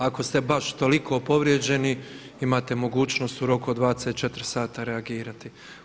Ako ste baš toliko povrijeđeni imate mogućnost u roku od 24 sata reagirati.